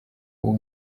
uwo